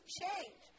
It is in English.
change